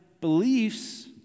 beliefs